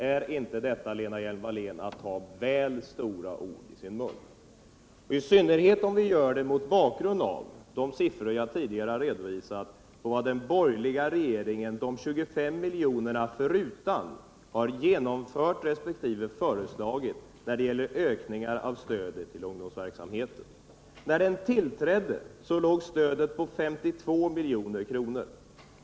Är inte detta att ta väl stora ord i sin mun, Lena Hjelm-Wallén, i synnerhet om det sker mot bakgrund av de siffror jag tidigare redovisat och mot vad den borgerliga regeringen de 25 miljonerna förutan har genomfört eller föreslagit när det gäller ökning av stödet till ungdomsverksamheten? När den borgerliga regeringen tillträdde låg stödet på 52 milj.kr.